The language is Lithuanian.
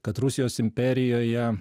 kad rusijos imperijoje